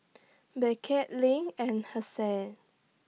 Beckett LINK and Hassie